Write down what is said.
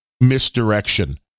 misdirection